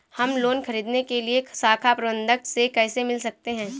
हम लोन ख़रीदने के लिए शाखा प्रबंधक से कैसे मिल सकते हैं?